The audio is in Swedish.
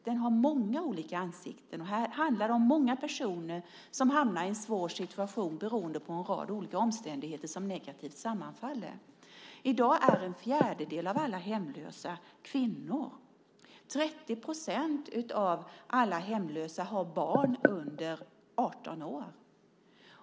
Den har många olika ansikten, och här handlar det om många personer som hamnar i en svår situation beroende på en rad olika omständigheter som negativt sammanfaller. I dag är en fjärdedel av alla hemlösa kvinnor. 30 % av alla hemlösa har barn under 18 år.